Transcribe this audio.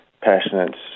passionate